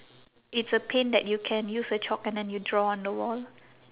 it's a paint that you can use a chalk and then you draw on the wall